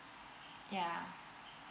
yeah